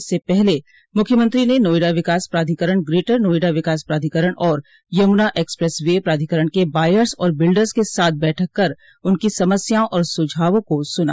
इससे पहले मुख्यमंत्री ने नोयडा विकास प्राधिकरण ग्रेटर नोयडा विकास प्राधिकरण और यमुना एक्सप्रेस वे प्राधिकरण के बायर्स और बिल्डर्स के साथ बैठक कर उनकी समस्याओं और सुझावों को सुना